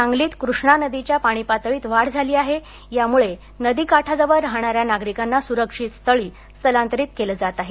सांगलीत कृष्णा नदीच्या पाणी पातळीत वाढ झाली आहे त्यामुळे नदी काठाजवळ राहणाऱ्या नागरिकांना सुरक्षित स्थळी स्थलांतरीत केले जात आहे